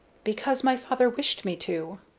because my father wished me to.